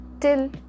till